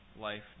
life